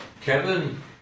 Kevin